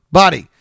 body